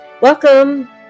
Welcome